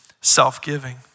self-giving